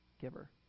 giver